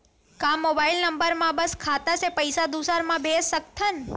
का mobile number बस से खाता से पईसा दूसरा मा भेज सकथन?